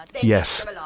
Yes